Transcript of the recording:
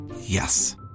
Yes